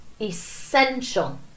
Essential